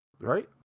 Right